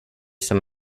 som